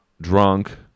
drunk